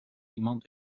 iemand